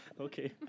Okay